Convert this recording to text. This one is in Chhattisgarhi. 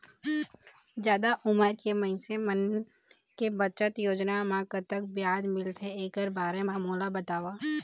जादा उमर के मइनसे मन के बचत योजना म कतक ब्याज मिलथे एकर बारे म मोला बताव?